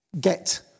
get